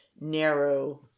narrow